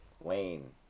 Wayne